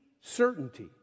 certainty